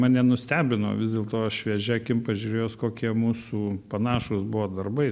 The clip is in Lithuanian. mane nustebino vis dėlto šviežia akim pažiūrėjus kokie mūsų panašūs buvo darbai